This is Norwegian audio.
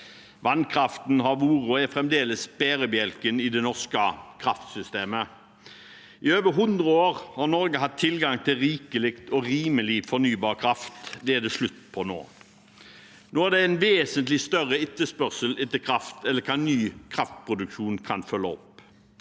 Vannkraften har vært, og er fremdeles, bærebjelken i det norske kraftsystemet. I over 100 år har Norge hatt tilgang på rikelig og rimelig fornybar kraft. Det er det slutt på nå. Nå er det en vesentlig større etterspørsel etter kraft enn hva ny kraftproduksjon kan følge opp.